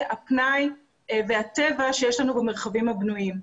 הפנאי והטבע שיש לנו במרחבים הבנויים.